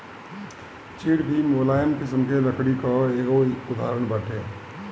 चीड़ भी मुलायम किसिम के लकड़ी कअ एगो उदाहरण बाटे